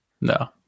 No